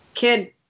Kid